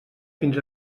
fins